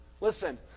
Listen